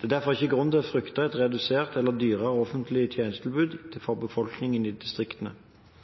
Det er derfor ikke grunn til å frykte et redusert eller dyrere offentlig tjenestetilbud